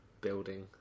building